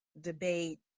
debate